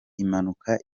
imanuka